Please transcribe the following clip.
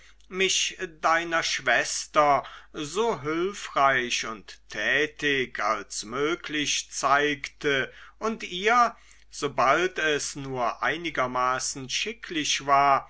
mich deiner schwester so hülfreich und tätig als möglich zeigte und ihr sobald es nur einigermaßen schicklich war